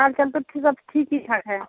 हाल चाल तो ठीक अब ठीक ही ठाक है